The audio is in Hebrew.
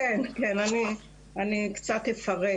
אני קצת אפרט